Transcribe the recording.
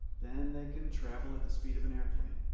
then they can travel at the speed of an airplane,